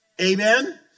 Amen